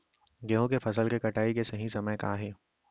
गेहूँ के फसल के कटाई के सही समय का हे?